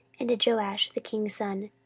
and to joash the king's son